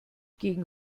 gegen